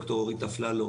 ד"ר אפרת אפללו.